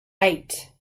eight